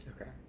Okay